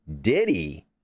Diddy